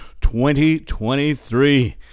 2023